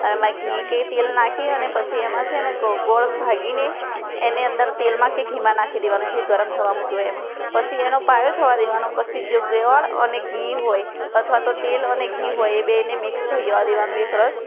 એમાં ઘી કે તેલ નાખીને અને પછી એમાં છે ને ગોળ ભાંગીને એની અંદર તેલ કે ઘીમાં નાખી દેવાનો જે ગરમ થવા મૂક્યું હોય એમાં પછી એનો પાયો થવા દેવાનો પછી જે અને ઘી હોય અથવા તો તેલ અને ઘી હોય એ બેયને મિક્સ થઈ જવા દેવાનું એકરસ